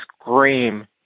scream